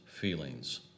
feelings